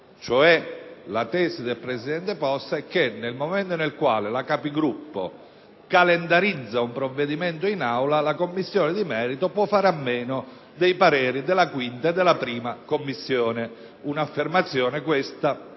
La tesi del presidente Possa è cioè che nel momento in cui la Conferenza dei Capigruppo calendarizza un provvedimento in Aula, la Commissione di merito può fare a meno dei pareri della 5a e della 1a Commissione: un'affermazione questa